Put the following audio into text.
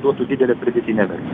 duotų didelę pridėtinę vertę